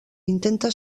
intenta